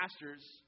pastors